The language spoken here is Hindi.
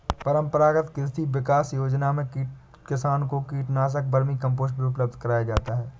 परम्परागत कृषि विकास योजना में किसान को कीटनाशक, वर्मीकम्पोस्ट भी उपलब्ध कराया जाता है